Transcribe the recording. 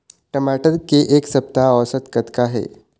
टमाटर के एक सप्ता औसत कतका हे?